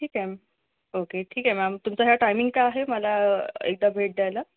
ठीक आहे म ओके ठीक आहे मॅम तुमचं काय टाईमिंग काय आहे मला एकदा भेट द्यायला